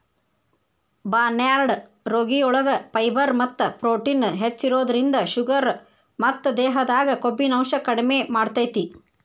barnyard ರಾಗಿಯೊಳಗ fibre ಮತ್ತ protein ಹೆಚ್ಚಿರೋದ್ರಿಂದ ಶುಗರ್ ಮತ್ತ ದೇಹದಾಗ ಕೊಬ್ಬಿನಾಂಶ ಕಡಿಮೆ ಮಾಡ್ತೆತಿ